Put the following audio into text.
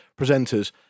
presenters